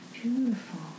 beautiful